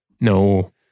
No